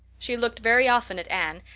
she looked very often at anne,